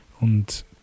und